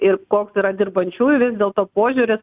ir koks yra dirbančiųjų vis dėlto požiūris